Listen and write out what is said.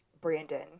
Brandon